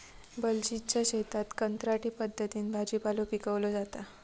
बलजीतच्या शेतात कंत्राटी पद्धतीन भाजीपालो पिकवलो जाता